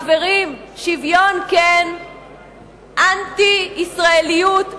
חברים, שוויון כן, אנטי-ישראליות לא.